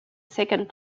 second